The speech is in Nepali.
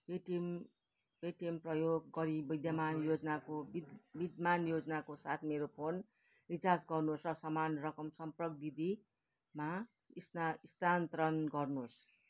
पेटिएम पेटिएम प्रयोग गरी विद्यमान योजनाको बिदमान योजनाको साथ मेरो फोन रिचार्ज गर्नुहोस् र समान रकम सम्पर्क विधीमा स्ना स्थान्तरण गर्नुहोस्